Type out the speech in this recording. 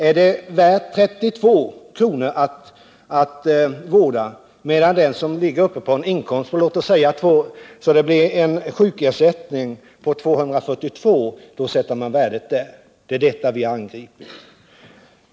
om dagen att vårda låginkomsttagarens barn medan man för den som ligger i en inkomst så att sjukersättningen blir 242 kr. sätter värdet där. Det är detta vi angriper.